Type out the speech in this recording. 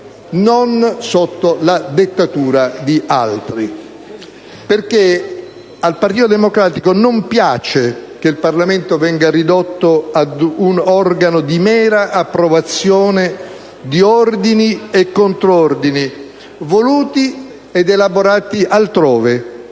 Non sotto la dettatura di altri. Al Partito Democratico non piace che il Parlamento venga ridotto ad organo di mera approvazione di ordini e contrordini voluti ed elaborati altrove,